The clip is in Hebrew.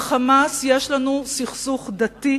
עם "חמאס" יש לנו סכסוך דתי.